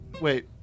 wait